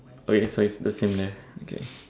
okay so it's the same then okay